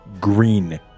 green